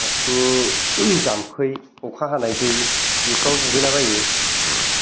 खाथिनि जामफै अखा हानाय दै बेफ्राव दुगैला बायो